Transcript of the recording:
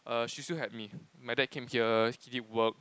err she still had me my dad came here he did work